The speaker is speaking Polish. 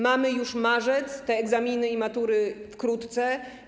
Mamy już marzec, te egzaminy i matury wkrótce.